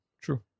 True